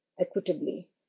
equitably